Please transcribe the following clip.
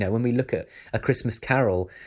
yeah when we look at a christmas carol,